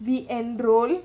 we enrol